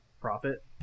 profit